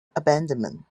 abandonment